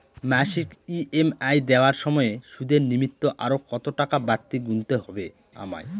মাসিক ই.এম.আই দেওয়ার সময়ে সুদের নিমিত্ত আরো কতটাকা বাড়তি গুণতে হবে আমায়?